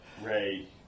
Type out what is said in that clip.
Ray